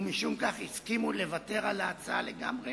ומשום כך הסכימו לוותר על ההצעה לגמרי